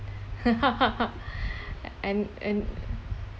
and and